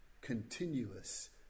continuous